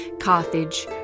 Carthage